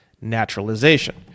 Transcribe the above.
naturalization